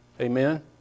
Amen